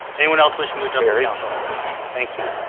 anyone else wishing to enjoy oriental thank you